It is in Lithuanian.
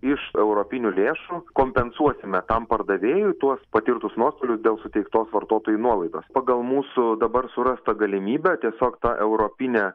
iš europinių lėšų kompensuosime tam pardavėjui tuos patirtus nuostolius dėl suteiktos vartotojui nuolaidos pagal mūsų dabar surastą galimybę tiesiog ta europinė